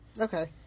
Okay